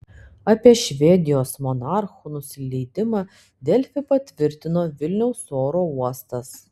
apie švedijos monarchų nusileidimą delfi patvirtino vilniaus oro uostas